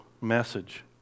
message